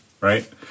right